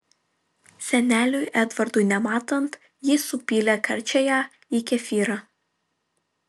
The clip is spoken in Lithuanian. seneliui edvardui nematant ji supylė karčiąją į kefyrą